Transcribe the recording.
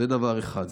זה דבר אחד.